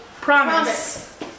Promise